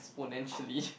exponentially